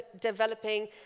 developing